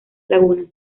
lagunas